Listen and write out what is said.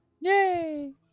Yay